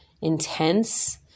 intense